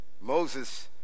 Moses